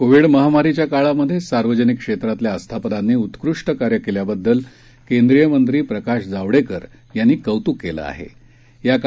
Covid महामारीच्या काळात सार्वजनिक क्षेत्रातल्या आस्थापनांनी उत्कृष्ट कार्य केल्याबद्दल केंद्रीय मंत्री प्रकाश जावडेकर यांनी कौतुक केलं आहेया का